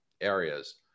areas